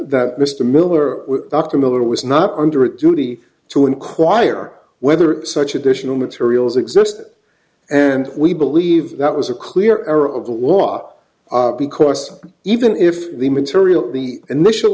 that mr miller dr miller was not under a duty to inquire whether such additional materials existed and we believe that was a clear error of the law because even if the material the initial